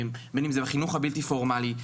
בין אם זה בחינוך הבלתי פורמלי,